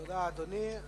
תודה, אדוני.